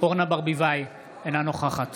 אורנה ברביבאי, אינה נוכחת